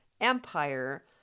empire